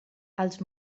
els